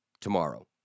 tomorrow